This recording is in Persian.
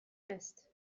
است